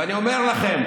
ואני אומר לכם,